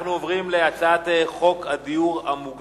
15 בעד, אין מתנגדים ואין נמנעים.